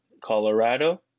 Colorado